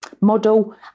model